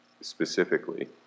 specifically